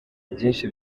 byinshi